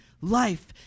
life